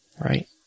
Right